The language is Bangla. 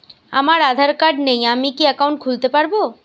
আমার আধার কার্ড নেই আমি কি একাউন্ট খুলতে পারব?